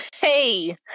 Hey